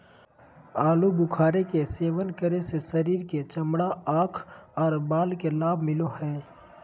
आलू बुखारे के सेवन करे से शरीर के चमड़ा, आंख आर बाल के लाभ मिलो हय